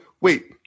wait